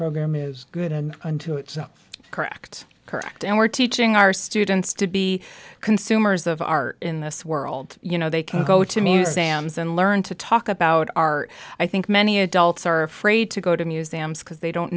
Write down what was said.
program is good and unto itself correct correct and we're teaching our students to be consumers of art in this world you know they can go to me sam's and learn to talk about our i think many adults are afraid to go to museums because they don't